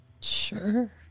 Sure